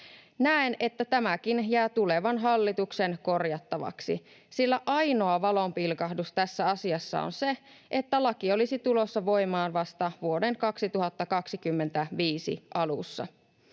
Näen, että tämäkin jää tulevan hallituksen korjattavaksi, sillä ainoa valonpilkahdus tässä asiassa on se, että laki olisi tulossa voimaan vasta vuoden 2025 alussa.